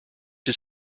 his